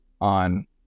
on